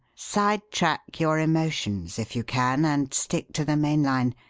sidetrack your emotions if you can and stick to the mainline!